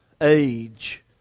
age